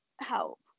help